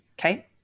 Okay